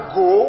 go